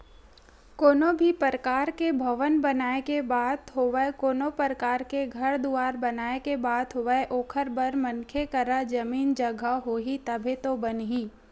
कोनो भी परकार के भवन बनाए के बात होवय कोनो परकार के घर दुवार बनाए के बात होवय ओखर बर मनखे करा जमीन जघा होही तभे तो बनही